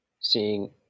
seeing